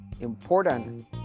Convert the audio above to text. important